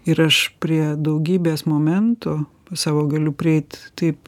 ir aš prie daugybės momentų savo galiu prieit taip